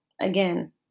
again